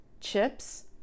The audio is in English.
chips